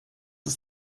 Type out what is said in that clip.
ist